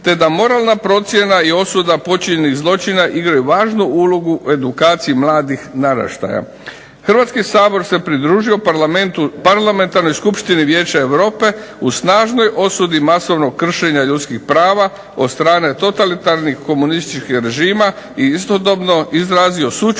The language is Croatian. te da moralna procjena i osuda počinjenih zločina igraju važnu ulogu u edukaciji mladih naraštaja. Hrvatski sabor se pridružio parlamentarnoj skupštini Vijeća Europe u snažnoj osudi masovnog kršenja ljudskih prava od strane totalitarnih komunističkih režima i istodobno izrazio sućut